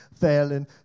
failing